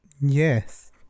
Yes